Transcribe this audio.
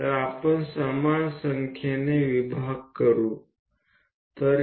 ચાલો આપણે સમાન સંખ્યાના વિભાગોનો ઉપયોગ કરીએ